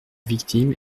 victime